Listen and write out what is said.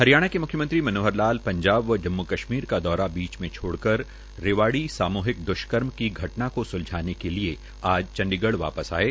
हरियाणा के म्ख्यमंत्री मनोहर लाल ने पंजाब व जम्मू कश्मीर का दौरा बीच में छोड़कर रेवाड़ी सामूहिक द्वष्कर्म की घटना को सुलझाने के लिए आज चंडीगढ़ वापस आये